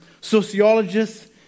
sociologists